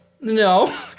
No